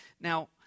Now